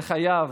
זה חייב